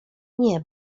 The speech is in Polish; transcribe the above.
nie